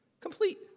Complete